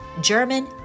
German